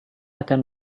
akan